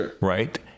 right